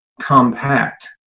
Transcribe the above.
compact